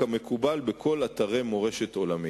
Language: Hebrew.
כמקובל בכל אתרי מורשת עולמית.